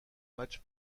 match